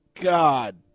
God